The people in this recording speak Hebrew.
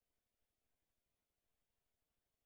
ואני אומר לך את זה,